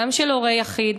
גם של הורה יחיד,